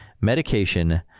medication